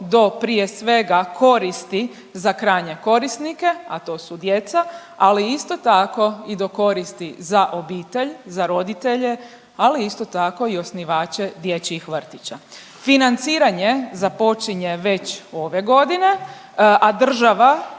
do, prije svega, koristi za krajnje korisnike, a to su djeca, ali isto tako i do koristi za obitelj, za roditelje, ali isto tako i osnivače dječjih vrtića. Financiranje započinje već ove godine, a država